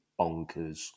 bonkers